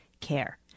care